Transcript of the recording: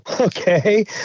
Okay